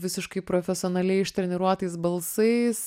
visiškai profesionaliai ištreniruotais balsais